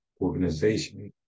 Organization